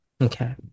Okay